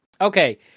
okay